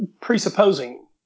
presupposing